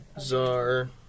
Czar